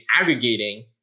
aggregating